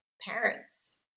parents